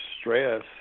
stress